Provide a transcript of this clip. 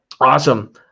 Awesome